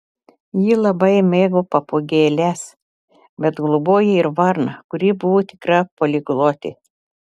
ji labai mėgo papūgėles bet globojo ir varną kuri buvo tikra poliglotė